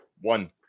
one